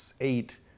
eight